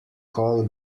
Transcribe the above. call